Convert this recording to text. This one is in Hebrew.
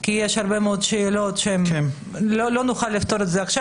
כי יש הרבה מאוד שאלות שלא נוכל לפתור עכשיו.